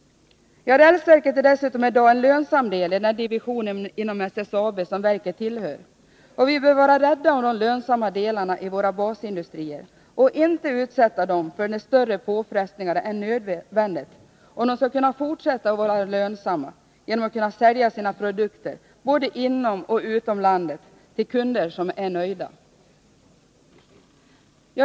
Rälsverket är dessutom i dag en lönsam del i den division inom SSAB som verket tillhör. Vi bör vara rädda om de lönsamma delarna i våra basindustrier och inte utsätta dem för större påfrestningar än nödvändigt, om de skall kunna fortsätta att vara lönsamma genom att kunna sälja sina produkter både inom och utom landet, till kunder som är nöjda.